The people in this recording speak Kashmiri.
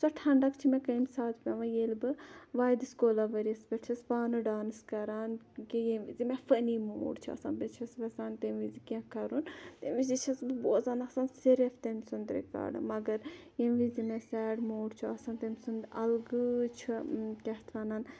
سۄ ٹھَنٛڈَک چھِ مےٚ کمہِ ساتہٕ پیٚوان ییٚلہِ بہٕ واے دِس کولاوٮ۪ریَس پیٚٹھ چھَس پانہٕ ڈانٕس کَران کہِ ییٚمہِ وِزِ مےٚ فٔنی موٗڈ چھُ آسان بہٕ چھَس ٮ۪ژھان تمہِ وِزِکینٛہہ کَرُن تمہِ وِزِ چھَس بہٕ بوزان آسان صرف تٔمۍ سُنٛد رِکاڈٕ مَگَر ییٚمہِ وِزِ مےٚ سیڈ موٗڈ چھُ آسان تٔمۍ سُنٛد اَلگٕے چھُ کیاہ اتھ وَنان